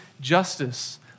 justice